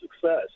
success